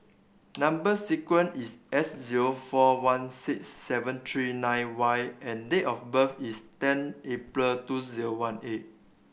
number sequence is S zero four one six seven three nine Y and date of birth is ten April two zero one eight